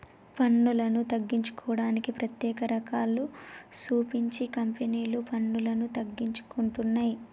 పన్నులను తగ్గించుకోవడానికి ప్రత్యేక కారణాలు సూపించి కంపెనీలు పన్నులను తగ్గించుకుంటున్నయ్